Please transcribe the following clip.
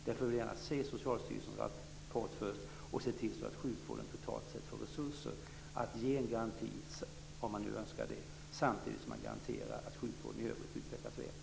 Därför vill jag gärna först se Socialstyrelsens rapport, och jag vill se till att sjukvården totalt sett får resurser att ge garantier - om man önskar det - samtidigt som sjukvården i övrigt utvecklas väl.